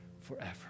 Forever